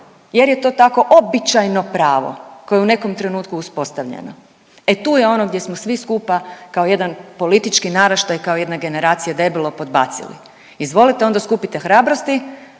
jer je to tako običajno pravo koje u nekom trenutku uspostavljeno. E tu je ono gdje smo svi skupa kao jedan politički naraštaj, kao jedna generacija debelo podbacili. Izvolite onda skupite hrabrosti